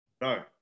No